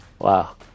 Wow